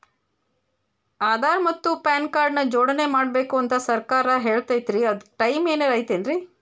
ಆಧಾರ ಮತ್ತ PAN card ನ ಜೋಡಣೆ ಮಾಡ್ಬೇಕು ಅಂತಾ ಸರ್ಕಾರ ಹೇಳೈತ್ರಿ ಅದ್ಕ ಟೈಮ್ ಏನಾರ ಐತೇನ್ರೇ?